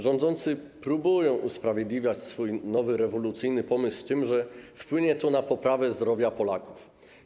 Rządzący próbują usprawiedliwiać swój nowy rewolucyjny pomysł tym, że wpłynie to na poprawę stanu zdrowia Polaków.